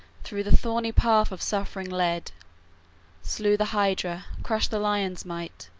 through the thorny path of suffering led slew the hydra, crushed the lion's might,